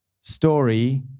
story